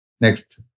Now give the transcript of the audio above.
Next